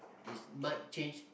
is might change